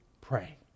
Pray